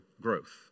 growth